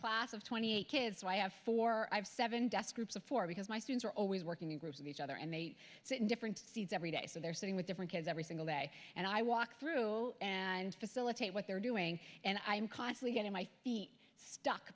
class of twenty eight kids i have four i have seven desk groups of four because my students are always working in groups of each other and they sit in different seats every day so they're sitting with different kids every single day and i walk through and facilitate what they're doing and i'm constantly getting my feet stuck